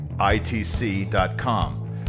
itc.com